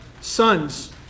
sons